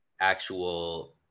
actual